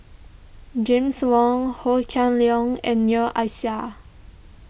James Wong Ho Kah Leong and Noor Aishah